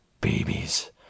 babies